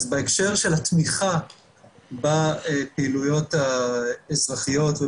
אז בהקשר של התמיכה בפעילויות האזרחיות,